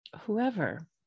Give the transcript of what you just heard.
whoever